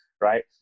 right